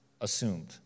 assumed